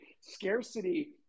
scarcity